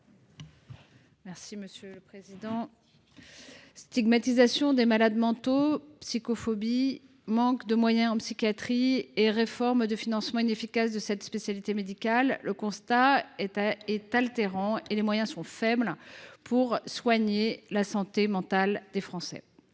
Souyris, sur l’article. Stigmatisation des malades mentaux, psychophobie, manque de moyens en psychiatrie et réforme inefficace du financement de cette spécialité : le constat est atterrant, et les moyens sont faibles pour soigner la santé mentale des Français.